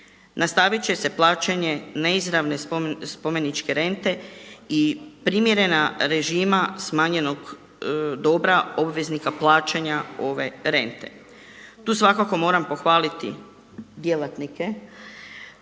Nastavit će se plaćanje neizravne spomeničke rente i primjerena režima smanjenog dobra obveznika plaćanja ove rente. Tu svakako moram pohvaliti djelatnike